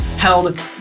Held